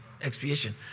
expiation